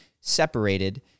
separated